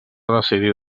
decidir